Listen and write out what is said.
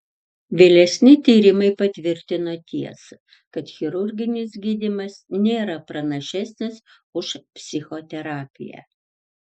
vėlesni tyrimai patvirtino tiesą kad chirurginis gydymas nėra pranašesnis už psichoterapiją